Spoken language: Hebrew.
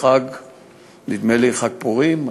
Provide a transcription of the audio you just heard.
נדמה לי בחג פורים,